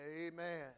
Amen